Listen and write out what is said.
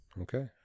okay